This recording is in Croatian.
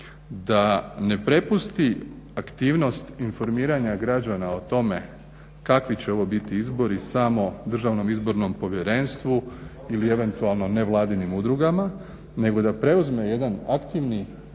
da ne prepusti aktivnost informiranja građana o tome kakvi će ovo biti izbori samo DIP-u ili eventualno nevladinim udrugama nego da preuzme jedan aktivni